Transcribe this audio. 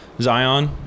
Zion